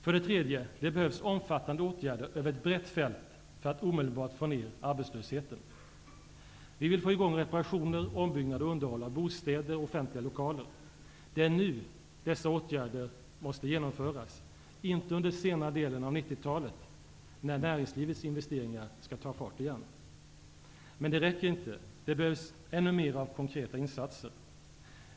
För det tredje: Det behövs omfattande åtgärder över ett brett fält för att omedelbart få ner arbetslösheten. Vi vill få i gång reparationer, ombyggnader och underhåll av bostäder och offentliga lokaler. Det är nu dessa åtgärder måste genomföras, inte under senare delen av 1990-talet när näringslivets investeringar skall ta fart igen. Men det räcker inte. Det behövs ännu mer av konkreta insatser.